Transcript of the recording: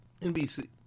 NBC